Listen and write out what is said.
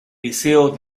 liceo